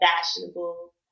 fashionable